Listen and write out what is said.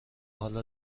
حالا